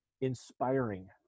inspiring